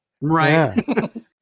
Right